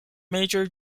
major